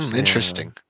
，interesting 。